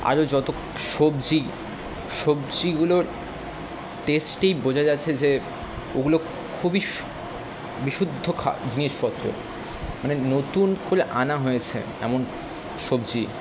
আরও যত সবজি সবজিগুলোর টেস্টেই বোঝা যাচ্ছে যে ওগুলো খুবই স বিশুদ্ধ খা জিনিসপত্র মানে নতুন করে আনা হয়েছে এমন সবজি